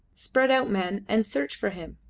spread out, men, and search for him!